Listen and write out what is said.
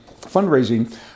fundraising